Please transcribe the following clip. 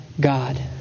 God